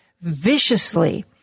viciously